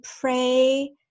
pray